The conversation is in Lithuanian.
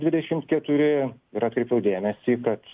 dvidešimt keturi ir atkreipiau dėmesį kad